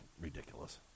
ridiculous